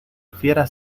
fieras